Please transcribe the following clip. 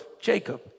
Jacob